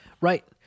Right